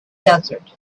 desert